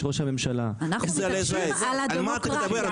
ראש הממשלה --- אנחנו מתעקשים על הדמוקרטיה.